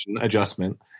adjustment